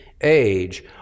age